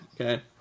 okay